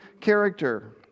character